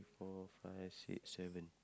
four five six seven